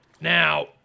Now